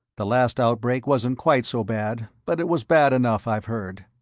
the last outbreak wasn't quite so bad, but it was bad enough, i've heard.